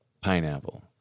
pineapple